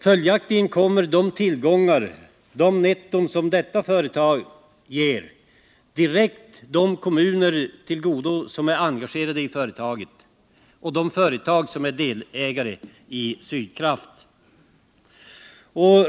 Det netto som detta företag ger kommer följaktligen direkt de kommuner och de företag till godo som är engagerade i Sydkraft.